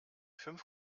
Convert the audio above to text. fünf